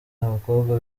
abakobwa